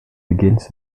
begins